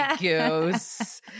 goose